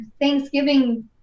Thanksgiving